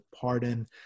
pardon